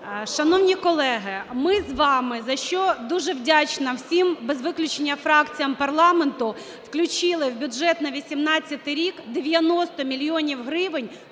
Шановні колеги! Ми з вами, за що дуже вдячна всім без виключення фракціям парламенту, включили в бюджет на 2018 рік 90 мільйонів гривень